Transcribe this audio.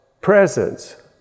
presence